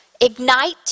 ignite